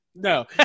No